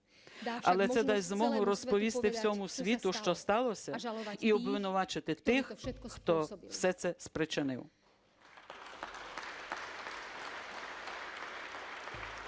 але це дасть змогу розповісти всьому світу, що сталося, і обвинуватити тих, хто це все спричинив.